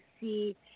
see